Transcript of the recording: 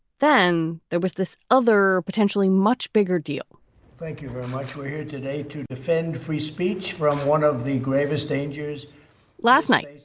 then there was this other potentially much bigger deal thank you very much. we're here today to defend free speech from one of the gravest dangers last night,